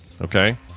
okay